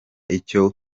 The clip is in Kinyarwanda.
icyo